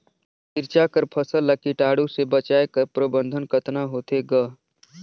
मिरचा कर फसल ला कीटाणु से बचाय कर प्रबंधन कतना होथे ग?